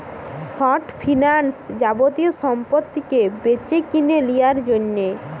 short finance যাবতীয় সম্পত্তিকে বেচেকিনে লিয়ার জন্যে